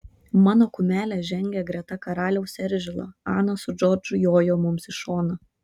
mano kumelė žengė greta karaliaus eržilo ana su džordžu jojo mums iš šono